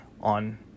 on